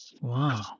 Wow